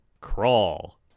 Crawl